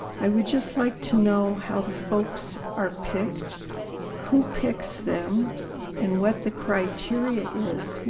i would just like to know how the folks are picked who picks them and what the criteria is?